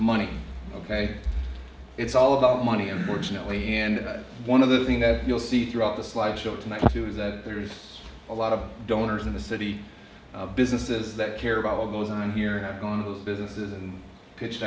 money ok it's all about money unfortunately and one of the thing that you'll see throughout the slideshow tonight too is that there's a lot of donors in the city businesses that care about what goes on here and i've gone those businesses and pitched